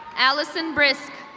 allison brisk.